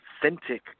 authentic